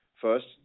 First